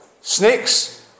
snakes